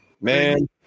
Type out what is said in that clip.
man